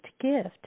gift